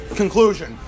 conclusion